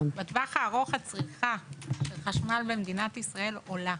בטווח הארוך הצריכה של חשמל במדינת ישראל עולה.